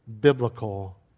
biblical